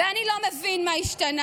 / ואני לא מבין, מה השתנה?